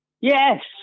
yes